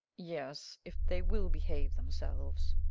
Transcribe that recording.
yes, if they will behave themselves.